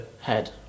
head